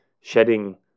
shedding